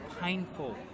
painful